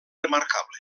remarcable